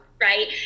right